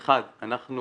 אחד, אנחנו